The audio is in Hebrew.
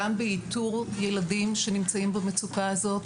גם באיתור ילדים שנמצאים במצוקה הזאת,